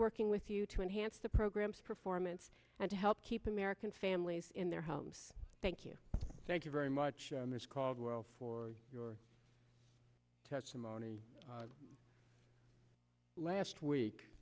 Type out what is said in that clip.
working with you to enhance the programs performance and to help keep american families in their homes thank you thank you very much as caldwell for your testimony last week